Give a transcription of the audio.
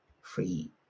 free